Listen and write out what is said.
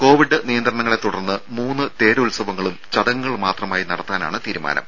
Covid നിയന്ത്രണങ്ങളെ തുടർന്ന് മൂന്ന് തേരുത്സവങ്ങളും ചടങ്ങുകൾ മാത്രമായി നടത്താനാണ് തീരുമാനം